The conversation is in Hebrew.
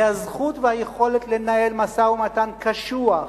זה הזכות והיכולת לנהל משא-ומתן קשוח,